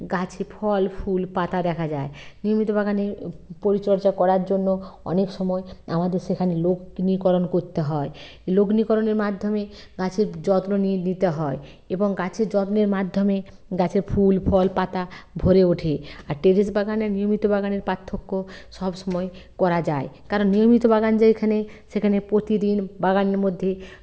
গাছে ফল ফুল পাতা দেখা যায় নিয়মিত বাগানের পরিচর্যা করার জন্য অনেক সময় আমাদের সেখানে লগ্নিকরণ করতে হয় লগ্নিকরণের মাধ্যমে গাছের যত্ন নিতে হয় এবং গাছের যত্নের মাধ্যমে গাছের ফুল ফল পাতা ভরে ওঠে আর টেরেস বাগানের নিয়মিত বাগানের পার্থক্য সব সময়ে করা যায় কারণ নিয়মিত বাগান যেইখানে সেখানে প্রতিদিন বাগানের মধ্যে